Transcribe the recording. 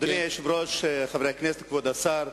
אדוני היושב-ראש, חברי הכנסת, כבוד השר,